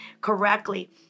correctly